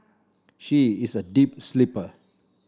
she is a deep sleeper